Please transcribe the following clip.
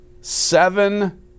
Seven